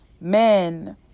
men